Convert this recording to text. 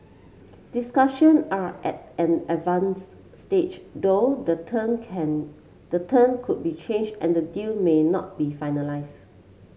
discussion are at an advance stage though the term can the term could be change and the deal may not be finalise